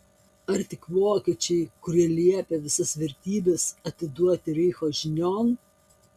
ar tik vokiečiai kurie liepė visas vertybes atiduoti reicho žinion